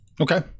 Okay